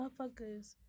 motherfuckers